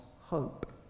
hope